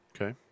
Okay